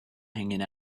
hanging